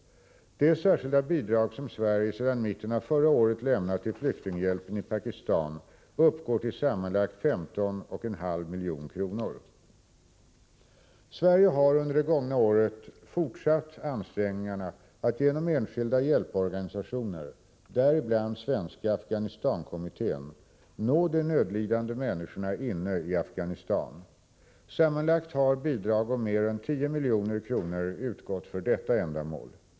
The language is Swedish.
De särskilda bidrag som Sverige sedan mitten av förra året lämnat till flyktinghjälpen i Pakistan uppgår till sammanlagt 15,5 milj.kr. Sverige har under det gångna året fortsatt ansträngningarna att genom enskilda hjälporganisationer, däribland Svenska Afghanistankommittén, nå de nödlidande människorna inne i Afghanistan. Sammanlagt har bidrag om mer än 10 milj.kr. utgått för detta ändamål.